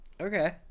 Okay